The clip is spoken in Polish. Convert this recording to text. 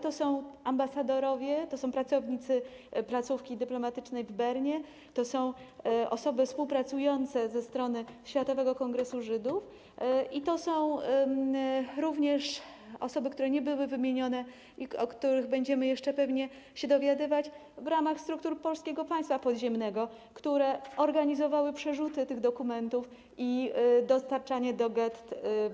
To są ambasadorowie, pracownicy placówki dyplomatycznej w Bernie, osoby współpracujące ze strony Światowego Kongresu Żydów, jak również osoby, które nie były wymienione i o których będziemy jeszcze pewnie się dowiadywać, działające w ramach struktur Polskiego Państwa Podziemnego, które organizowały przerzuty tych dokumentów i dostarczanie do gett.